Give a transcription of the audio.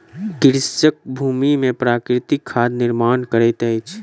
कृषक भूमि में प्राकृतिक खादक निर्माण करैत अछि